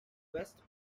west